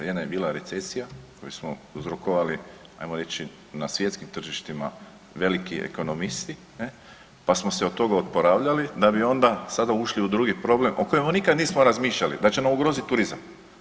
Jedna je bila recesija, koju smo uzrokovali, ajmo reći na svjetskim tržištima, veliki ekonomisti, pa smo se od toga oporavljali da bi onda sada ušli u drugi problem, o kojemu nikada nismo razmišljali, da će nam ugroziti turizam.